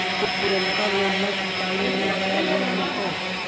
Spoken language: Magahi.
पुर्नका लोनमा चुकाबे ले नया लोन मिलते?